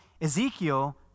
Ezekiel